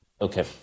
Okay